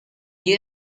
gli